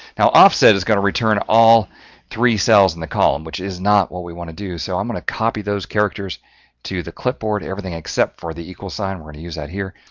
now offset is going to return all three cells in the column, which is not what we want to do. so i'm going to copy those characters to the clipboard, everything except for the equal sign, we're going to use that here.